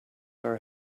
our